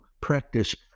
practice